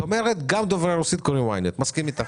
את אומרת שגם דוברי רוסית קוראים YNET. אני מסכים איתך,